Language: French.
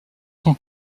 son